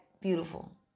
beautiful